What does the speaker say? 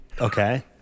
Okay